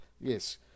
Yes